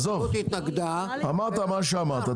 אמרת מה שאמרת.